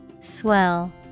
swell